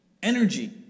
Energy